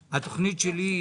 כזאת,